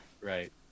Right